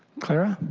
clara.